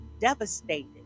Devastated